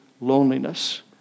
loneliness